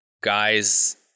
guys